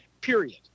Period